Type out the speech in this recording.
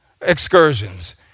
excursions